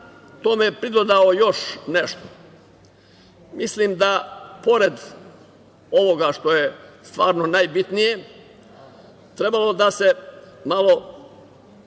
tome pridodao još nešto, mislim da pored ovoga što je stvarno najbitnije trebalo da se malo,